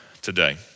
today